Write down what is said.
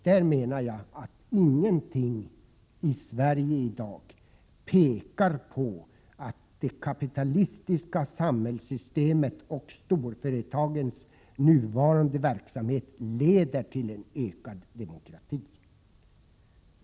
Jag menar att ingenting i Sverige i dag pekar på att det kapitalistiska samhällssystemet och storföretagens nuvarande verksamhet leder till en ökad demokrati.